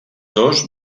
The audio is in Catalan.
dos